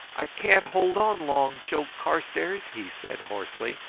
i can't hold on long, joe carstairs, he said hoarsely.